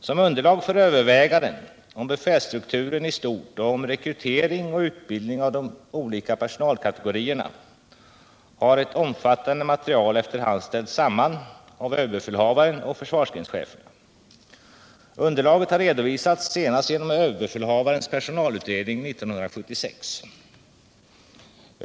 Som underlag för överväganden om befälsstrukturen i stort och om rekrytering och utbildning av de olika personalkategorierna har ett omfattande material efter hand ställts samman av överbefälhavaren och försvarsgrenscheferna. Underlaget har redovisats senast genom överbefälhavarens personalutredning 1976.